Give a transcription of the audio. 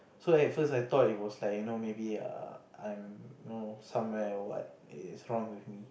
so at first I thought it was like you know maybe err I'm you know somewhere or what is wrong with me